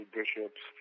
bishops